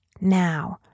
now